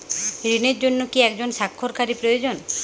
ঋণের জন্য কি একজন স্বাক্ষরকারী প্রয়োজন?